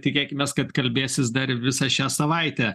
tikėkimės kad kalbėsis dar ir visą šią savaitę